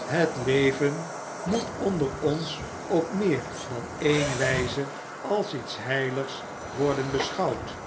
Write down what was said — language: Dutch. het leven moet onder ons op meer dan een wijze als iets heiligs worden beschouwd